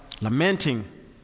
lamenting